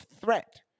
threat